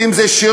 ואם זה שירות,